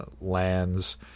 lands